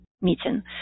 meeting